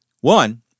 One